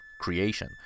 creation